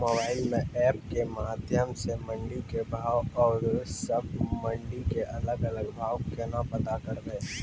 Mobile म app के माध्यम सऽ मंडी के भाव औरो सब मंडी के अलग अलग भाव केना पता करबै?